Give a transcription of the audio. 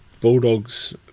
Bulldogs